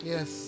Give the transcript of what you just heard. Yes